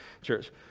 church